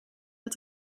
het